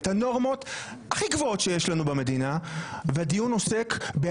את הנורמות הכי גבוהות שיש לנו במדינה והדיון עוסק בשאלה